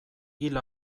hil